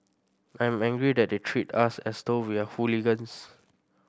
I'm angry that they treat us as though we are hooligans